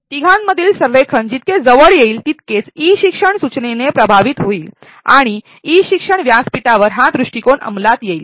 तिघांमधील संरेखन जितके जवळ येईल तितकेच ई शिक्षण सूचनेने प्रभावी होईल आणि ई शिक्षण व्यासपीठावर हा दृष्टिकोन अंमलात येईल